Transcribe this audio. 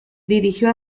dirigió